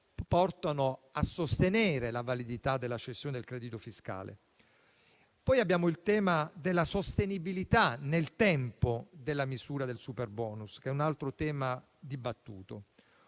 portano a sostenere la validità della cessione del credito fiscale. Abbiamo poi il tema della sostenibilità nel tempo della misura del superbonus, che è un altro tema dibattuto.